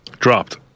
Dropped